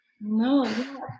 No